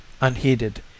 unheeded